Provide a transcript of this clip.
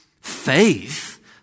faith